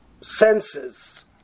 senses